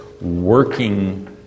working